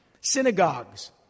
Synagogues